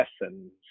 lessons